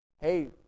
Hey